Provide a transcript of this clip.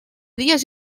dies